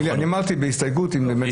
אז אני אמרתי בהסתייגות --- אז